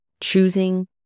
choosing